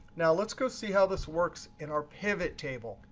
now, let's go see how this works in our pivot table.